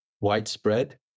widespread